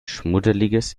schmuddeliges